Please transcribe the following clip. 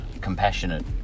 compassionate